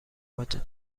باجه